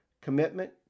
commitment